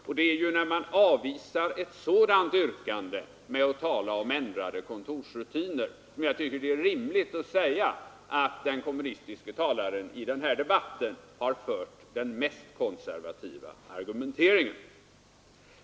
Och när man då avvisar ett sådant yrkande med att tala om ändrade kontorsrutiner, då tycker jag det är rimligt att säga att den kommunistiske talaren i denna debatt har fört den mest konservativa argumenteringen.